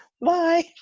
Bye